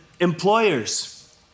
Employers